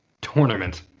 tournament